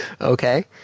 okay